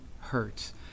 hurts